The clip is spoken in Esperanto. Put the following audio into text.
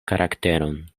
karakteron